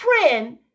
friend